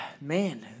man